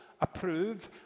approve